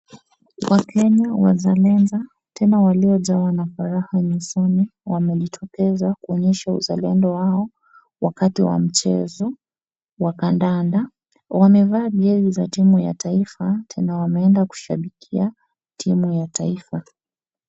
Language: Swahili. Wakenya wazalendo, tena waliojawa na furaha nyusoni, wamejitokeza kuonyesha uzalendo wao wakati wa mchezo wa kandanda. Wamevaa jezi za timu ya taifa, tena wameenda kushabikia timu ya taifa.